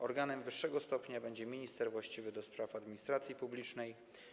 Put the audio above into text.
Organem wyższego stopnia będzie minister właściwy do spraw administracji publicznej.